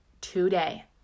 today